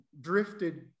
drifted